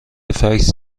فکس